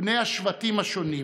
בני השבטים השונים,